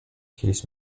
his